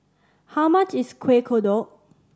how much is Kueh Kodok